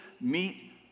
meet